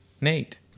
nate